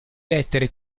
lettere